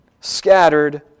scattered